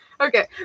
okay